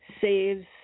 saves